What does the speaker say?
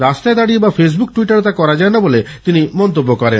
রাস্তায় দাঁড়িয়ে ফেসবুক বা টুইটারে তা করা যায়না বলে তিনি মন্তব্য করেন